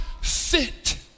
fit